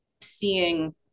seeing